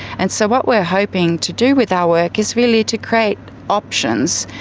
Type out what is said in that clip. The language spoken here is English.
and so what we are hoping to do with our work is really to create options,